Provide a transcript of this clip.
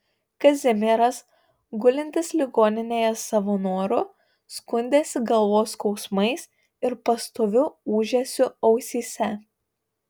kazimieras gulintis ligoninėje savo noru skundėsi galvos skausmais ir pastoviu ūžesiu ausyse